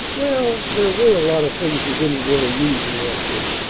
well, there were a lot of things we didn't really need, he answered.